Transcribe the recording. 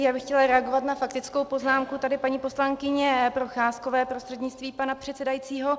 Já bych chtěla reagovat na faktickou poznámku paní poslankyně Procházkové prostřednictvím pana předsedajícího.